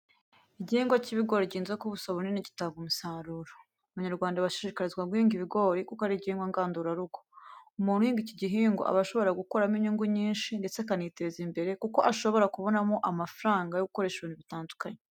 Igihingwa cy'ibigori gihinze ku buso bunini gitanga umusaruro. Abanyarwanda bashishikarizwa guhinga ibigori kuko ari igihingwa ngandurarugo. Umuntu uhinga iki gihingwa aba ashobora gukuramo inyungu nyinshi ndetse akaniteza imbere kuko aba ashobora kubonamo amafaranga yo gukoresha ibintu bitandukanye.